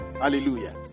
Hallelujah